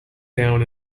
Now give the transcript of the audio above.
down